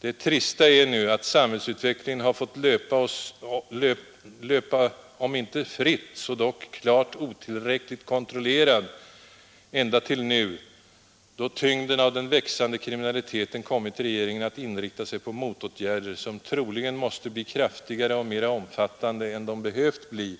Det trista är att samhällsutvecklingen har fått löpa om inte fritt så dock klart otillräckligt kontrollerad ända tills nu, då tyngden av den växande kriminaliteten kommit regeringen att inrikta sig på motåtgärder, som troligen måste bli kraftigare och mera omfattande än de behövt bli,